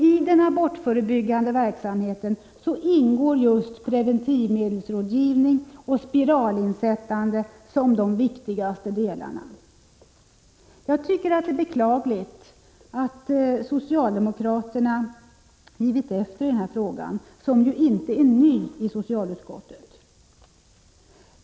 I den abortförebyggande verksamheten ingår just preventivmedelsrådgivning och spiralinsättande som de viktigaste delarna. Det är beklagligt, tycker jag, att socialdemokraterna nu gett efter i denna fråga, som ju inte är ny i socialutskottet.